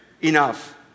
enough